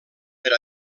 per